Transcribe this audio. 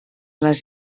les